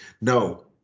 no